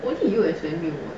what do you you me